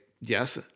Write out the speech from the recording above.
yes